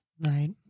Right